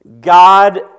God